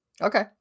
Okay